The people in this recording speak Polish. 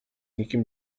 nikim